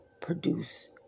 produce